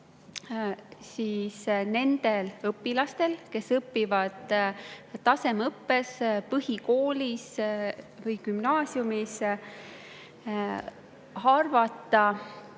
nendel õpilastel, kes õpivad tasemeõppes põhikoolis või gümnaasiumis, arvata